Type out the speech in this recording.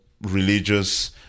religious